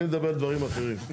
אני מדבר על דברים אחרים.